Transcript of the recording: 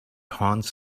haunts